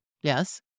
Yes